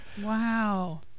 Wow